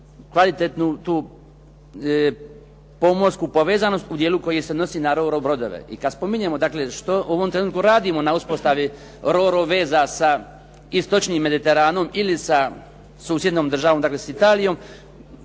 kvalitetnu tu pomorsku povezanost u dijelu koji se odnosi na "Ro-Ro" brodove. I kad spominje što u ovom trenutku radimo na uspostavi "Ro-Ro" veza sa istočnim Mediteranom ili sa susjednom državom, dakle s Italijom